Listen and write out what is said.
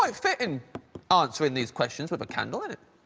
like fitting answering these questions with a candle in it.